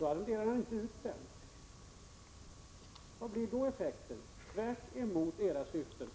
arrenderar han inte ut den. Vad blir då effekten? Jo, tvärtemot syftet.